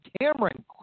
Cameron